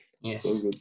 Yes